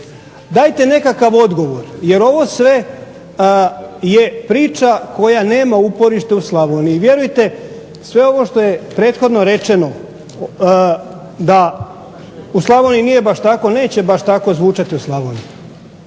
Dajte nekakav odgovor, jer ovo sve je priča koja nema uporište u Slavoniji. Vjerujte sve ovo što je prethodno rečeno da u Slavoniji nije baš tako, neće baš tako zvučati u Slavoniji.